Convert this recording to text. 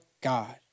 God